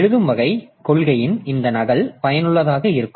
எழுதும் வகை கொள்கையின் இந்த நகல் பயனுள்ளதாக இருக்கும்